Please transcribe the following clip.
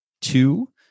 Two